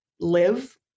live